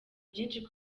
byinshi